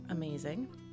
Amazing